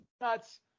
nuts